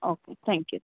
okay thank you